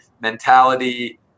mentality